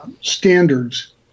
standards